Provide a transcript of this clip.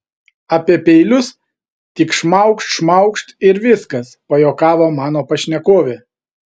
apie peilius tik šmaukšt šmaukšt ir viskas pajuokavo mano pašnekovė